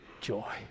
joy